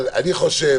אני חושב